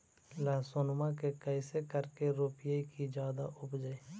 लहसूनमा के कैसे करके रोपीय की जादा उपजई?